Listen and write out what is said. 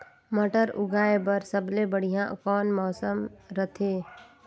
मटर उगाय बर सबले बढ़िया कौन मौसम रथे?